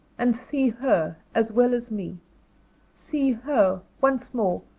and see her as well as me see her, once more,